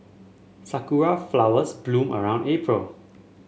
sakura flowers bloom around April